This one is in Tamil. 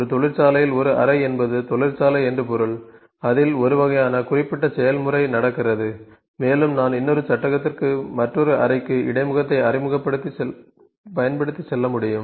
ஒரு தொழிற்சாலையில் ஒரு அறை என்பது தொழிற்சாலை என்று பொருள் அதில் ஒரு வகையான குறிப்பிட்ட செயல்முறை நடக்கிறது மேலும் நான் இன்னொரு சட்டகத்திற்கு மற்றொரு அறைக்கு இடைமுகத்தைப் பயன்படுத்தி செல்ல முடியும்